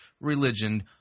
religion